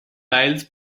titles